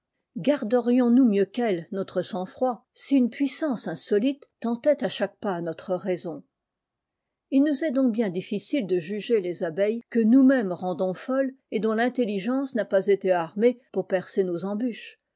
garderions nous mieux qu'elles notre sangfroid si une puissance insolite tentait à chaque pas notre raison il nous esf donc bien difficile de juger les abeilles que nous-mêmes rendons folles et dont tintelligence n'a pas été armée pour percer nos embûches